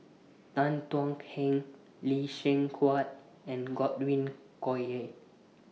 Tan Thuan Heng Lee Seng Huat and Godwin Koay